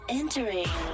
entering